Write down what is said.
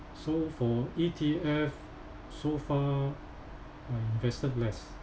so for E_T_F so far I invested less